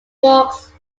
walks